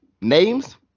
Names